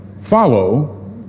Follow